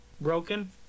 Broken